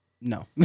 No